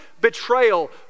betrayal